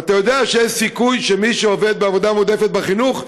ואתה יודע שיש סיכוי שמי שעובד בעבודה מועדפת בחינוך,